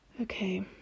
Okay